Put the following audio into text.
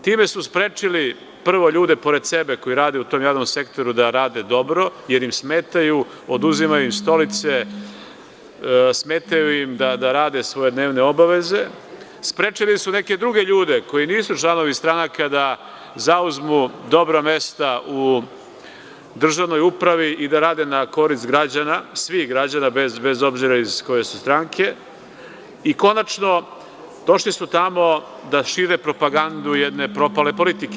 Time su sprečili, prvo, ljude pored sebe koji rade u tom javnom sektoru, da rade dobro, jer im smetaju, oduzimaju im stolice, smetaju im da rade svoje dnevne obaveze, sprečili su neke druge ljude koji nisu članovi stranaka da zauzmu dobra mesta u državnoj upravi i da rade na korist građana, svih građana, bez obzira iz koje su stranke i konačno, došli su tamo da šire propagandu jedne propale politike.